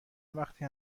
وقتی